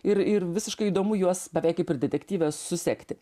ir ir visiškai įdomu juos beveik kaip ir detektyve susekti